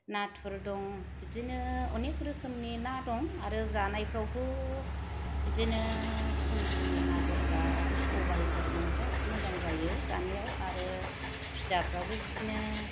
नाथुर दं बिदिनो गोबां रोखोमनि ना दं आरो जानायफोरावथ' बिदिनो सिंगि मागुरफोरा सबायफोरजों बिराद मोजां जायो जानायाव आरो खुसियाफोराबो बिदिनो